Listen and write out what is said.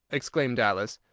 exclaimed alice.